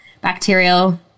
bacterial